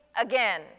Again